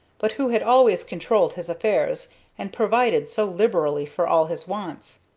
but who had always controlled his affairs and provided so liberally for all his wants.